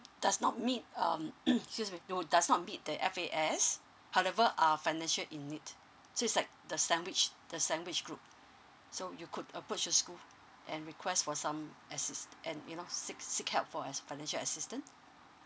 does not meet um excuse me who does not meet the F_A_S however are financial in need so is like the sandwich the sandwich group so you could approach the school and request for some assist and you know seek seek help for as financial assistance